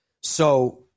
So-